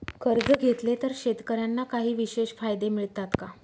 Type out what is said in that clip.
कर्ज घेतले तर शेतकऱ्यांना काही विशेष फायदे मिळतात का?